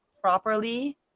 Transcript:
properly